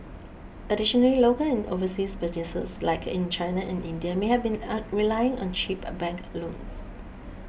additionally local and overseas businesses like in China and India may have been on relying on cheap bank loans